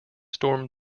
storm